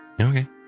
Okay